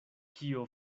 kio